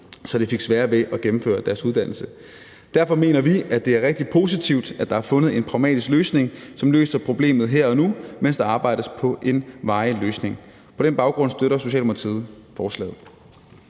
så de fik sværere ved at gennemføre deres uddannelse. Derfor mener vi, det er rigtig positivt, at der er fundet en pragmatisk løsning, som løser problemet her og nu, mens der arbejdes på en varig løsning. På den baggrund støtter Socialdemokratiet forslaget.